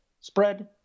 Spread